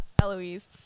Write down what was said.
Eloise